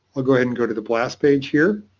i'll go ahead and go to the blast page here.